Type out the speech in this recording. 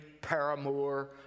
paramour